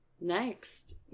Next